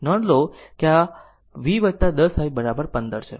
નોંધ લો કે આ v 10 i 15 છે